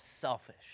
selfish